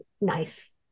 nice